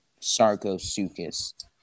Sarcosuchus